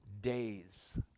days